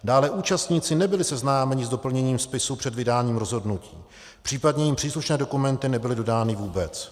Dále účastníci nebyli seznámeni s doplněním spisu před vydáním rozhodnutí, případně jim příslušné dokumenty nebyly dodány vůbec.